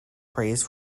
praised